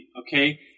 okay